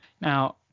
Now